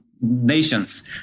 nations